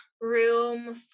room